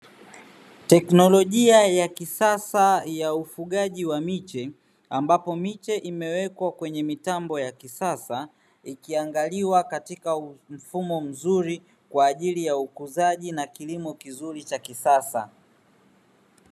Teknolojia ya kisasa ya ufugaji wa miche, ambapo miche imewekwa kwenye mitambo ya kisasa, ikiangaliwa katika mfumo mzuri kwa ajili ya ukuzaji na kilimo kizuri cha kisasa.